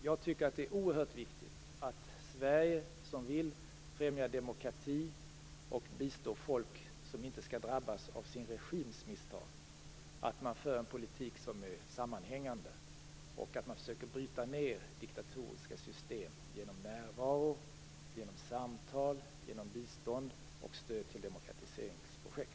Jag tycker att det är oerhört viktigt att Sverige, som vill främja demokrati och bistå folk så att de inte drabbas av deras regims misstag, för en sammanhängande politik. Man skall försöka bryta ned diktatoriska system med hjälp av närvaro, samtal, bistånd och stöd till demokratiseringsprojekt.